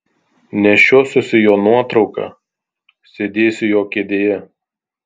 nešiosiuosi jo nuotrauką sėdėsiu jo kėdėje